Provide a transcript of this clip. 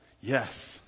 yes